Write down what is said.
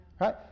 Right